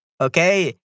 Okay